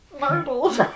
Myrtle